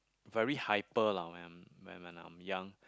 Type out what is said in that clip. very hyper lah when when I'm I'm young